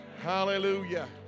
Hallelujah